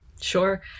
Sure